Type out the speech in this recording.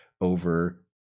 over